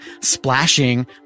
splashing